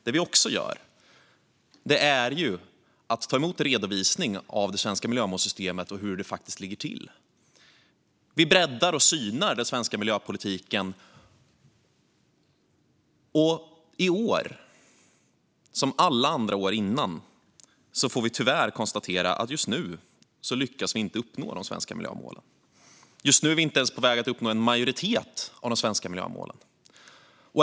Det vi också gör är att ta emot en redovisning av hur det svenska miljömålssystemet ligger till. Vi breddar och synar den svenska miljöpolitiken. I år, som alla andra år, får vi tyvärr konstatera att vi just nu inte lyckas uppnå de svenska miljömålen. Just nu är vi inte ens på väg att uppnå en majoritet av de svenska miljömålen.